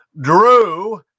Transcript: Drew